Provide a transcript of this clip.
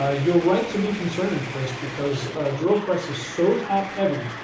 ah you're right to be concerned, chris, because a drill press is so top heavy,